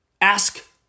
Ask